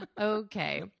okay